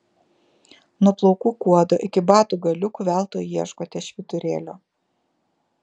nuo plaukų kuodo iki batų galiukų veltui ieškote švyturėlio